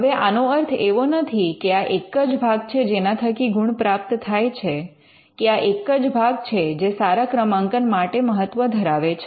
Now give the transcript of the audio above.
હવે આનો અર્થ એવો નથી કે આ એક જ ભાગ છે જેના થકી ગુણ પ્રાપ્ત થાય છે કે આ એક જ ભાગ છે જે સારા ક્રમાંકન માટે મહત્વ ધરાવે છે